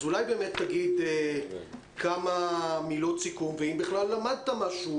אולי תגיד כמה מילות סיכום ואם בכלל למדת משהו,